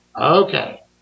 okay